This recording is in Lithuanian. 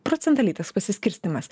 procentaliai tas pasiskirstymas